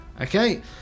Okay